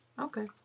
Okay